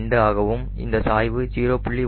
2 ஆகவும் இந்த சாய்வு 0